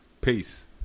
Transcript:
Peace